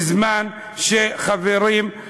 בזמן שחברים,